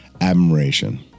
Admiration